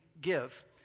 give